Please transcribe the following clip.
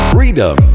Freedom